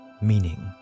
meaning